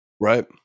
Right